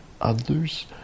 others